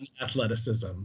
athleticism